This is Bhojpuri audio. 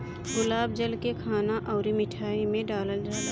गुलाब जल के खाना अउरी मिठाई में डालल जाला